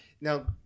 now